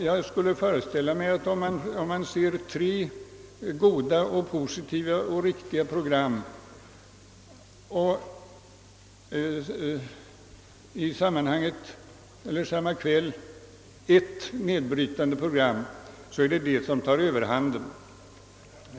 Jag skulle föreställa mig att om man ser tre goda, positiva och riktiga program och ett nedbrytande program samma kväll är det det senare som tar överhanden.